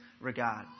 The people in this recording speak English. regard